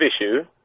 issue